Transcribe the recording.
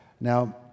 Now